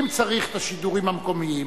אם צריך את השידורים המקומיים,